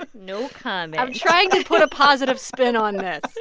you know comment i'm trying to put a positive spin on this